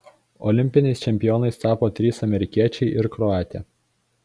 olimpiniais čempionais tapo trys amerikiečiai ir kroatė